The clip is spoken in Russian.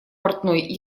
портной